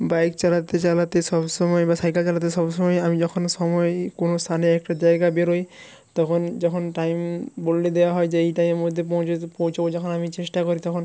bike চালাতে চালাতে সব সময় বা সাইকেল তে সব সময়ই আমি যখন সময়ই কোনো স্থানে একটা জায়গায় বেরোই তখন যখন টাইম বলে দেওয়া হয় যে এই টাইমের মধ্যে পৌঁছাবো যখন আমি চেষ্টা করি তখন